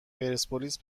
پرسپولیس